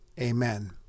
Amen